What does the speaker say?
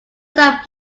that